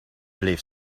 bleef